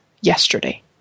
yesterday